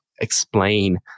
explain